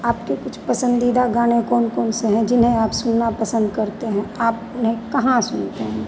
आपके कुछ पसंदीदा गाने कौन कौन से हैं जिन्हें आप सुनना पसंद करते हैं आप उन्हें कहाँ सुनते हैं